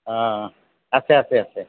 আছে আছে আছে